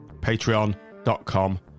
patreon.com